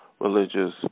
religious